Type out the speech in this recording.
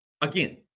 Again